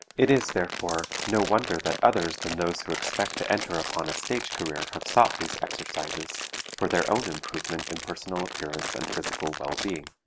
it is, therefore, no wonder that others than those who expect to enter upon a stage career have sought these exercises for their own improvement in personal appearance and physical well-being.